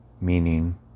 meaning